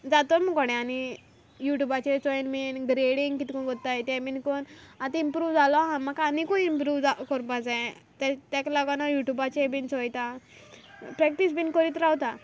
जातो मुकोडे आनी युट्युबाचेर चोयन बीन ग्रेडिंग कितकोन कोत्ताय तें बीन कोन आत इंप्रूव्ह जालों आहा म्हाका आनीकूय इंप्रूव्ह कोरपा जाय ते तेक लागून हांव युट्यूबाचेर बीन चोयतां प्रेक्टीस बीन कोरीत रावतां